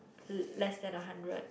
less than a hundred